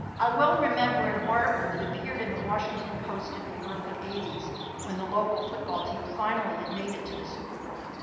i well remember an article that appeared in the washington post in the early eighties when the local football team finally had made it to the super bowl.